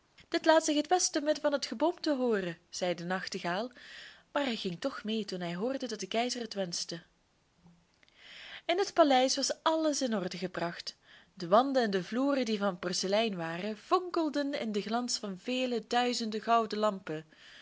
dit laat zich het best te midden van het geboomte hooren zei de nachtegaal maar hij ging toch mee toen hij hoorde dat de keizer het wenschte in het paleis was alles in orde gebracht de wanden en de vloeren die van porselein waren fonkelden in den glans van vele duizenden gouden lampen